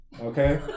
Okay